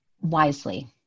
wisely